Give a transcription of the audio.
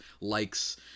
likes